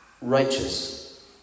righteous